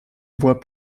voie